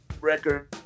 record